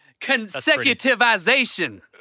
Consecutivization